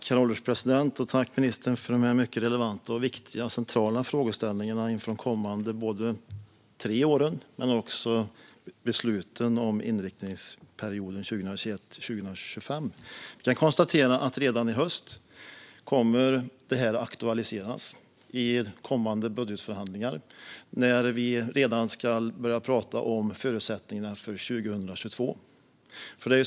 Herr ålderspresident! Tack, ministern, för dessa mycket viktiga frågeställningar! De är relevanta och centrala inför både de kommande tre åren och besluten om inriktningsperioden 2021-2025. Jag konstaterar att detta kommer att aktualiseras redan i höst, då vi i kommande budgetförhandlingar ska börja prata om förutsättningarna för 2022.